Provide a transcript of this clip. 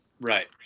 right